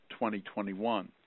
2021